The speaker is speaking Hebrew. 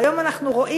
והיום אנחנו רואים,